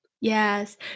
Yes